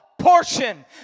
portion